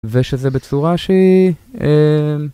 ושזה בצורה שהיא...